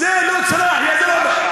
זה לא צלח, יא זלאמה.